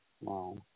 Wow